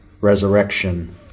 resurrection